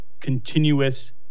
continuous